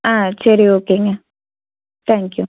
ஆ சரி ஓகேங்க thank you